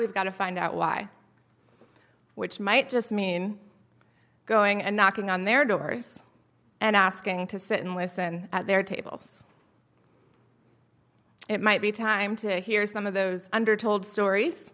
we've got to find out why which might just mean going and knocking on their doors and asking to sit and listen at their tables it might be time to hear some of those under told stories